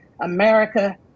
America